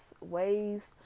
ways